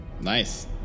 Nice